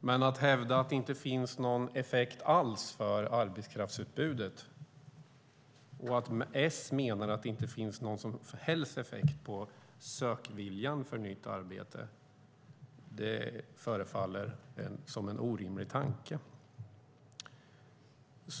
men att hävda att den inte har någon effekt alls för arbetskraftsutbudet, och att som Socialdemokraterna anse att det inte har någon som helst effekt på sökviljan för nytt arbete, framstår som en orimlig tanke.